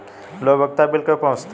लोग उपयोगिता बिल क्यों पूछते हैं?